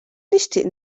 nixtieq